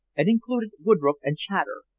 and included woodroffe and chater,